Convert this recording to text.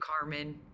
carmen